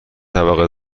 طبقه